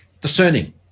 discerning